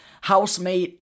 housemate